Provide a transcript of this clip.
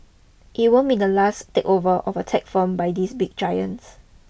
it won't be the last takeover of a tech firm by these big giants